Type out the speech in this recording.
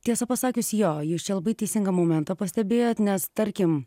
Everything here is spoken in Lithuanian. tiesą pasakius jo jūs čia labai teisingą momentą pastebėjot nes tarkim